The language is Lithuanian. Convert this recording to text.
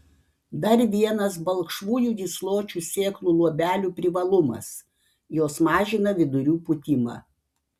dar vienas balkšvųjų gysločių sėklų luobelių privalumas jos mažina vidurių pūtimą